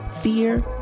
Fear